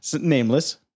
nameless